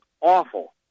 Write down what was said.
awful